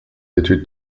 études